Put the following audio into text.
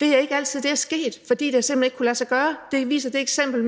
Det er ikke altid, det er sket, fordi det simpelt hen ikke har kunnet lade sig gøre. Det viser det eksempel